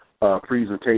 presentation